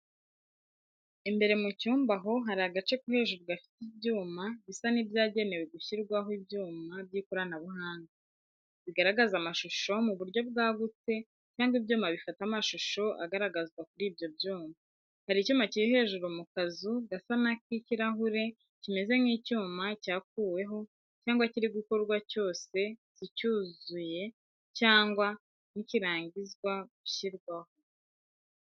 Imbere mu cyumba aho hari agace ko hejuru gafite ibyuma bisa n’ibyagenewe gushyirwaho ibyuma by'ikoranabuhanga, bigaragaza amashusho mu buryo bwagutse cyangwa ibyuma bifata amashusho agaragazwa kuri ibyo byuma. Hari icyuma kiri hejuru mu kazu gasa n’ak'ikirahure kimeze nk'icyuma cyakuweho cyangwa kiri gukorwa cyose si cyuzuye cyangwa ntikirangizwa gushyirwaho.